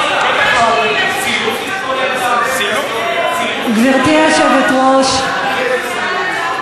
מי לימד אותך את העובדות האלה?